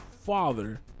father